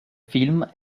film